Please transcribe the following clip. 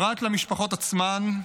פרט למשפחות עצמן,